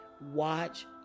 Watch